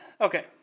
okay